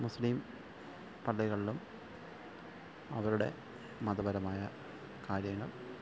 മുസ്ലീം പള്ളികളിലും അവരുടെ മതപരമായ കാര്യങ്ങള്